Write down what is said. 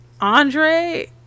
andre